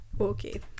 Okay